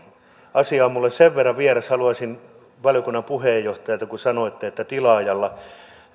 asia on minulle sen verran vieras valiokunnan puheenjohtajalta kun sanoitte että tilaajalla